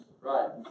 Right